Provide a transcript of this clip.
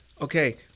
Okay